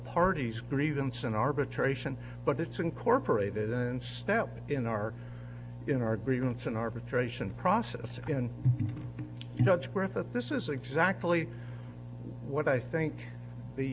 parties grievance and arbitration but it's incorporated and step in our in our grievance an arbitration process going you know it's worth it this is exactly what i think the